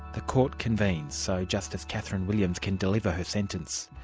the court convenes, so justice katharine williams can deliver her sentence.